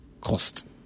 cost